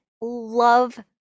love